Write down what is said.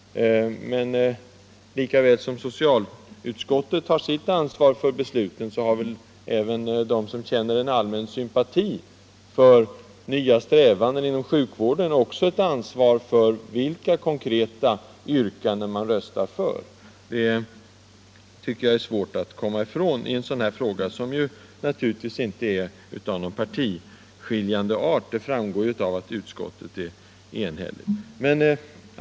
Men lika väl som socialutskottet har sitt ansvar för besluten har de som känner en allmän sympati för nya strävanden inom sjukvården ett ansvar för vilka konkreta yrkanden de röstar på. Det tycker jag är svårt att komma ifrån i en sådan här fråga, som naturligtvis inte är partiskiljande — det framgår ju av att utskottet är enhälligt.